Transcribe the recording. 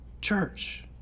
church